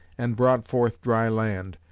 and brought forth dry land,